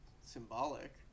symbolic